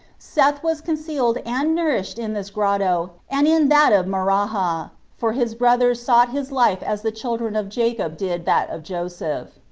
seth was concealed and nourished in this grotto and in that of maraha, for his brothers sought his life as the children of jacob did that of joseph.